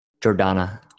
Jordana